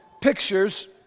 pictures